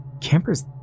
Campers